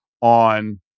on